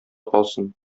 калсын